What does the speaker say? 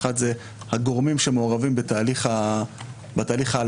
האחד זה הגורמים שמעורבים בתהליך ההלבנה,